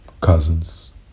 cousins